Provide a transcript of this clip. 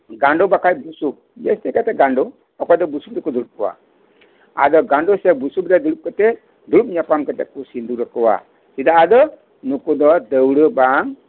ᱜᱟᱸᱰᱚ ᱵᱟᱠᱷᱟᱱ ᱵᱩᱥᱩᱵ ᱡᱟᱹᱥᱛᱤ ᱠᱟᱭᱛᱮ ᱜᱟᱸᱰᱚ ᱚᱠᱚᱭ ᱫᱚ ᱵᱩᱥᱩᱵ ᱨᱮᱠᱚ ᱫᱩᱲᱩᱵ ᱠᱚᱣᱟ ᱟᱫᱚ ᱜᱟᱸᱰᱚ ᱥᱮ ᱵᱩᱥᱩᱵ ᱨᱮ ᱰᱩᱲᱩᱵ ᱠᱟᱛᱮᱫ ᱫᱩᱲᱩᱵ ᱧᱟᱯᱟᱢ ᱠᱟᱛᱮᱫ ᱠᱚ ᱥᱤᱫᱩᱨ ᱟᱠᱚᱭᱟ ᱪᱮᱫᱟᱜ ᱟᱫᱚ ᱱᱩᱠᱩ ᱫᱚ ᱫᱟᱹᱣᱲᱟᱹ ᱵᱟᱝ